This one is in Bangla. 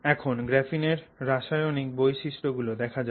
এখন গ্রাফিনের রাসায়নিক বৈশিষ্ট গুলো দেখা যাক